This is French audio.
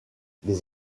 des